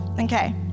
Okay